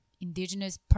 indigenous